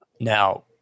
Now